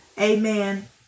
Amen